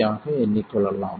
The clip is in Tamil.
ஆக எண்ணிக்கொள்ளலாம்